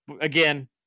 again